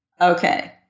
Okay